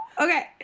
okay